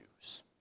Jews